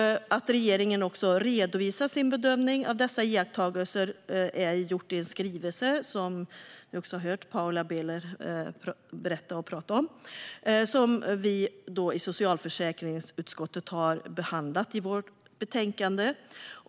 Regeringen redovisar sin bedömning av dessa iakttagelser i en skrivelse, vilket vi har hört Paula Bieler tala om, som vi i socialförsäkringsutskottet har behandlat i vårt betänkande.